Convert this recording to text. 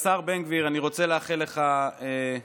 השר בן גביר, אני רוצה לאחל לך הצלחה.